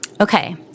Okay